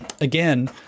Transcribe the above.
again